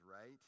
right